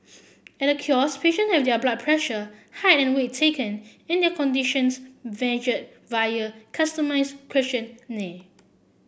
at the kiosk patient have their blood pressure height and weight taken and their conditions via a customised questionnaire